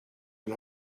and